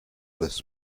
this